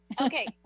Okay